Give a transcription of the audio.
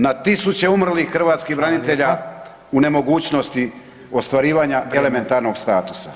Na tisuće umrlih hrvatskih branitelja u nemogućnosti ostvarivanja elementarnog statusa.